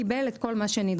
קיבל את כל מה שנדרש.